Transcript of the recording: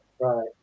Right